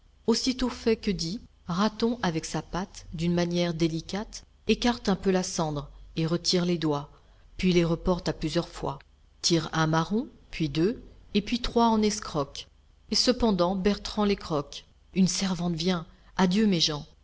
aussitôt fait que dit raton avec sa patte d'une manière délicate écarte un peu la cendre et retire les doigts puis les reporte à plusieurs fois tire un marron puis deux et puis trois en escroque et ce pendant bertrand les croque une servante vient adieu mes gens